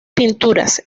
pinturas